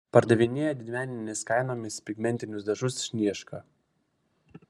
pardavinėja didmeninėmis kainomis pigmentinius dažus sniežka